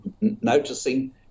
noticing